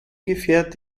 gefährt